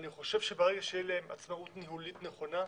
אני חושב שברגע שיהיה להן עצמאות ניהולית נכונה,